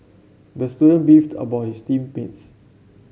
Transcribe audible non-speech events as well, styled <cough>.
the student beefed <unintelligible> his team mates